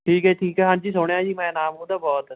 ਠੀਕ ਹੈ ਠੀਕ ਹੈ ਹਾਂਜੀ ਸੁਣਿਆ ਜੀ ਮੈਂ ਨਾਮ ਉਹਦਾ ਬਹੁਤ